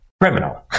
criminal